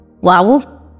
wow